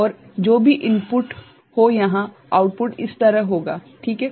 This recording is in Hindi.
और जो भी इनपुट हो यहां आउटपुट इस तरफ होगा ठीक हैं